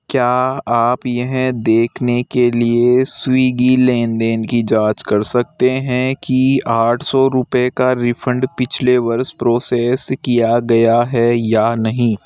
क्या आप यह देखने के लिए स्विग्गी लेन देन की जाँच कर सकते हैं कि आठ सौ रुपये का रिफ़ंड पिछले वर्ष प्रोसेस किया गया है या नहीं